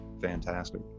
fantastic